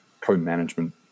co-management